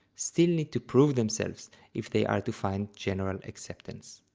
still need to prove themselves if they are to find general acceptance.